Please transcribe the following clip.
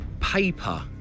paper